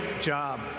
job